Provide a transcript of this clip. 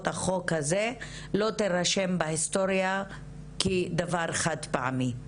החוק הזה לא יירשמו בהיסטוריה כדבר חד פעמי.